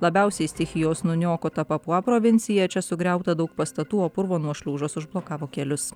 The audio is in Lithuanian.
labiausiai stichijos nuniokota papua provincija čia sugriauta daug pastatų o purvo nuošliaužos užblokavo kelius